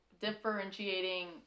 differentiating